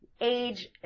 age